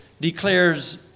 declares